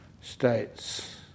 states